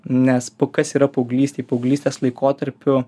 nes kas yra paauglystėj paauglystės laikotarpiu